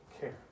care